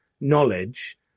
knowledge